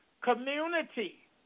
community